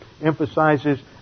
emphasizes